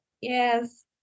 Yes